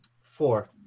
Four